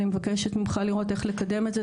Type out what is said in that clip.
אני מבקשת ממך לראות איך לקדם את זה,